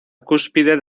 cúspide